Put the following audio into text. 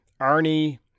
Arnie